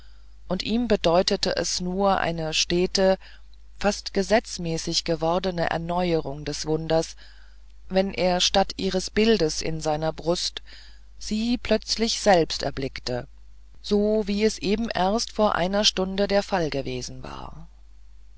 und ihm bedeutete es nur eine stete fast gesetzmäßig gewordene erneuerung des wunders wenn er statt ihres bildes an seiner brust sie plötzlich selbst erblickte so wie es eben erst vor einer stunde der fall gewesen war